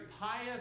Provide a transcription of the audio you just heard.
pious